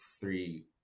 three